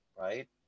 right